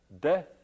death